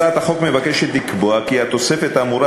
הצעת החוק מבקשת לקבוע כי התוספת האמורה